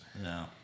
No